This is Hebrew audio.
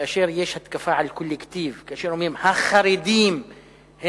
כאשר יש התקפה על קולקטיב, כאשר אומרים: החרדים הם